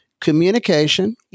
communication